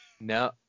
No